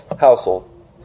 household